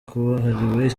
kabuhariwe